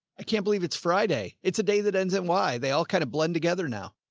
i can't believe it's friday. it's a day that ends in y. they all kind of blend together now.